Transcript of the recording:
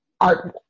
art